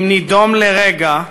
אם נידום לרגע,